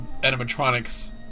animatronics